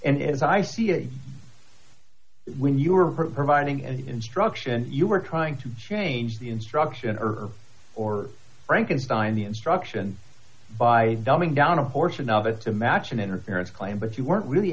as i see it when you were providing an instruction you were trying to change the instruction herb or frankenstein the instructions by dumbing down a portion of it to match an interference claim but you weren't really